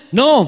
no